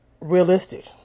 realistic